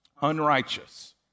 unrighteous